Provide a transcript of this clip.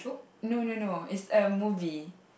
no no no it's a movie